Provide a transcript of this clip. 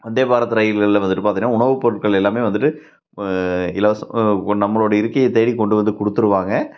வந்தே பாரத் ரயில்களில் வந்துட்டு பார்த்திங்கன்னா உணவு பொருட்கள் எல்லாம் வந்துட்டு இலவசம் உ நம்மளுடைய இருக்கையை தேடி கொண்டு வந்து கொடுத்துருவாங்க